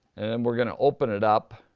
and we're gonna open it up.